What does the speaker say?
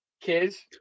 Kids